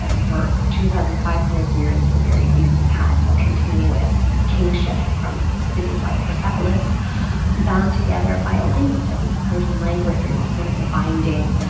for two thousand five hundred years at the very least, it's had a continuous kingship from cities like persepolis bound together by a language. i think the persian language is it's one of the binding